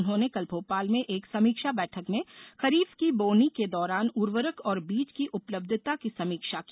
उन्होंने कल भोपाल में एक समीक्षा बैठक में खरीफ की बोवनी के दौरान उर्वरक और बीज की उपलब्धता की समीक्षा की